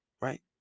right